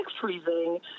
freezing